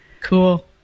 Cool